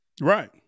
Right